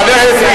רד, רד.